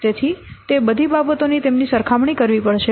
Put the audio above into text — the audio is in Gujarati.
તેથી તે બધી બાબતોની તેમની સરખામણી કરવી પડશે